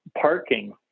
parking